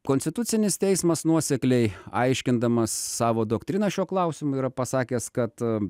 konstitucinis teismas nuosekliai aiškindamas savo doktriną šiuo klausimu yra pasakęs kad